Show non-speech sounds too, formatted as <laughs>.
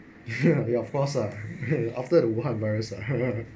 <laughs> ya of course ah <laughs> after the wuhan virus ah <laughs>